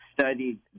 studied